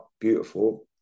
beautiful